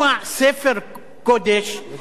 היא מחשבה חולנית.